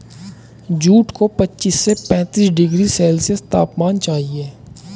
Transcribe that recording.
jute को पच्चीस से पैंतीस डिग्री सेल्सियस तापमान चाहिए